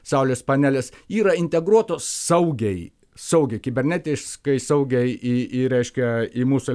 saulės panelės yra integruotos saugiai saugiai kibernetiškai saugiai į į reiškia į mūsų